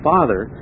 Father